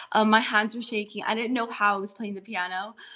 um my hands were shaking, i didn't know how i was playing the piano.